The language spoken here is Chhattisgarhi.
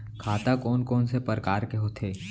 खाता कोन कोन से परकार के होथे?